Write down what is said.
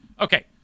okay